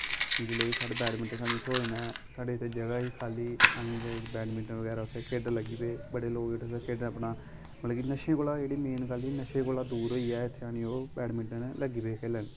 जेल्लै एह् बैटमिंटन सानूं थ्होए न साढ़े इत्थै जगह ही खाली बैटमिंटन बगैरा उत्थै खेढ़न लग्गी पे बड़े लोग जेह्ड़े खेढ़ना अपना उ'नें गी नशे कोला जेह्ड़ी मेन गल्ल ही नशे कोला दूर होइयै इत्थै आनी ओह् बैटमिंटन लग्गी पे खेलन